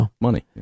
money